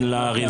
אין לה ערבים,